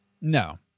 No